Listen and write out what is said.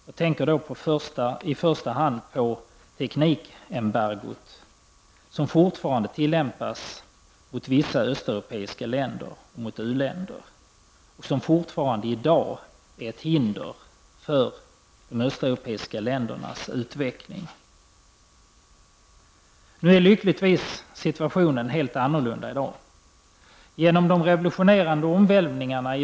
Jag tänker då i första hand på teknikembargot, som fortfarande tillämpas mot vissa östeuropeiska länder och mot u-länder och som ännu i dag är ett hinder för de östeuropeiska ländernas utveckling. I dag är situationen lyckligtvis en helt annan.